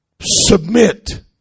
submit